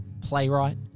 playwright